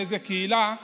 מאיזה קהילה,